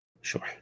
Sure